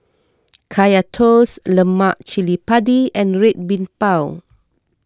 Kaya Toast Lemak Cili Padi and Red Bean Bao